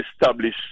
establish